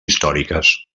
històriques